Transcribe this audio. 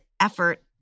effort